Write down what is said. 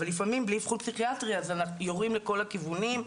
אבל לפעמים בלי אבחון פסיכיאטרי אנחנו יורים לכל הכיוונים,